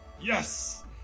yes